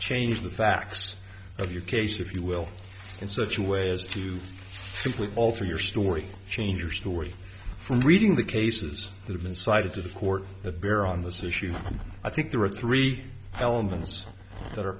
change the facts of your case if you will in such a way as to simply alter your story change your story from reading the cases that have been cited to the court that bear on this issue i think there are three elements that are